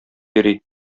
йөри